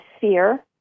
fear